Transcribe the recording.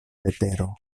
vetero